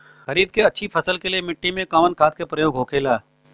खरीद के अच्छी फसल के लिए मिट्टी में कवन खाद के प्रयोग होखेला?